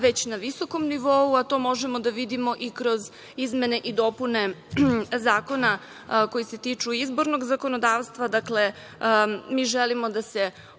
već na visokom nivou, a to možemo da vidimo i kroz izmene i dopune zakona koji se tiču izbornog zakonodavstva. Dakle, mi želimo da se